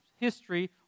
history